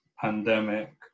pandemic